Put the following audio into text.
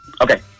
Okay